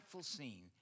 scene